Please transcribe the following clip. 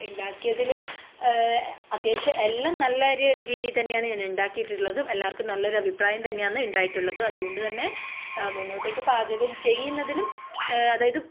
ഉണ്ടാക്കിയതിൽ അത്യാവശ്യം എല്ലാം നല്ലൊരു രീതിയിൽ തന്നെയാണ് ഞാൻ ഉണ്ടാക്കിയിട്ടുള്ളതും എല്ലാവർക്കും നല്ലൊരഭിപ്രായം തന്നെയാന്ന് ഉണ്ടായിട്ടുള്ളതും അതു കൊണ്ട് തന്നെ മുന്നോട്ടേക്ക് പാചകം ചെയ്യുന്നതിലും അതായത്